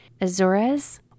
Azores